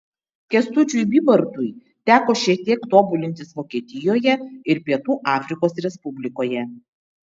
kęstučiui bybartui teko šiek tiek tobulintis vokietijoje ir pietų afrikos respublikoje